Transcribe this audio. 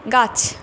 গাছ